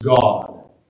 God